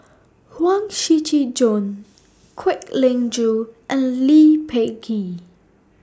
Huang Shiqi Joan Kwek Leng Joo and Lee Peh Gee